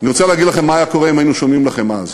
אני רוצה להגיד לכם מה היה קורה אם היינו שומעים לכם אז.